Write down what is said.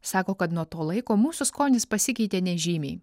sako kad nuo to laiko mūsų skonis pasikeitė nežymiai